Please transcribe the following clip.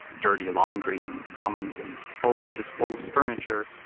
dirty laundry in drums and old, disposed furniture.